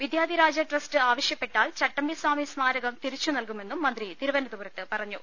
Vidyadhiraja trust ആവശ്യപ്പെട്ടാൽ ചട്ടമ്പി സ്വാമി സ്മാരകം തിരിച്ചു നൽകുമെന്നും മന്ത്രി തിരുവനന്തപുരത്ത് പറഞ്ഞു